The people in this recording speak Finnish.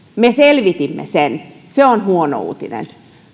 me selvitimme sen se on huono uutinen